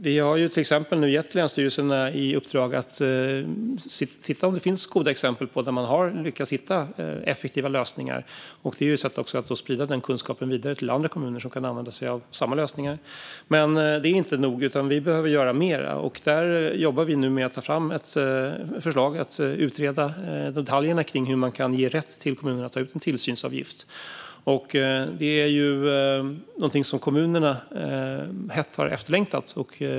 Vi har till exempel gett länsstyrelserna i uppdrag att se om det finns goda exempel där man har lyckats hitta effektiva lösningar och att sprida den kunskapen vidare till andra kommuner som kan använda sig av samma lösningar. Men det är inte nog, utan vi behöver göra mer. Vi jobbar nu med att ta fram ett förslag om att utreda detaljerna kring hur man kan ge kommunerna rätt att ta ut en tillsynsavgift. Detta är något som kommunerna hett har efterlängtat.